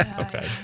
Okay